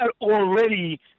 already